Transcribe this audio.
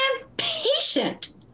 impatient